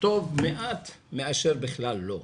טוב מעט מאשר בכלל לא.